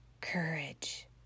courage